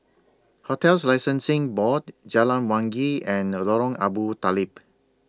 hotels Licensing Board Jalan Wangi and Lorong Abu Talib